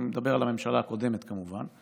אני מדבר על הממשלה הקודמת כמובן,